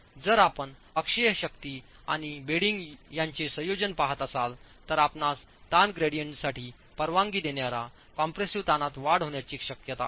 जर आपण अक्षीय शक्ती आणि बेडिंग यांचे संयोजन पहात असाल तर आपणास ताण ग्रेडियंटसाठी परवानगी देणाऱ्या कॉम्प्रेसिव्ह ताणात वाढ होण्याची शक्यता आहे